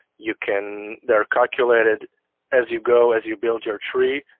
you can, they're calculated as you go, as you build your tree,